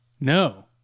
No